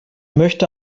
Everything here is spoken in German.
möchte